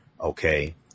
okay